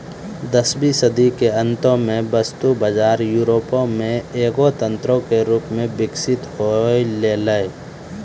दसवीं सदी के अंतो मे वस्तु बजार यूरोपो मे एगो तंत्रो के रूपो मे विकसित होय छलै